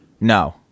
no